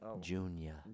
Junior